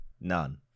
None